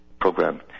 program